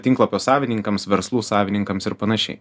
tinklapio savininkams verslų savininkams ir panašiai